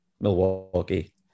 Milwaukee